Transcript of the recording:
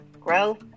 growth